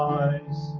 eyes